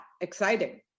exciting